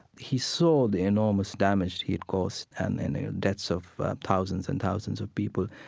he saw the enormous damage he had caused and and the deaths of thousands and thousands of people,